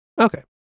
Okay